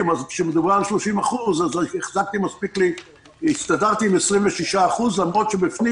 אז כשמדובר על 30% אז הסתדרתי עם 26% למרות שבפנים